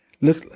Look